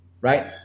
right